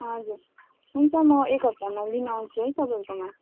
हजुर हुन्छ म एक हप्तामा लिनु आउँछु है तपाईँहरूकोमा